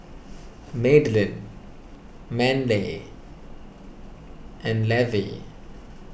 Madeline Manley and Levie